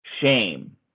shame